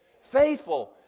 faithful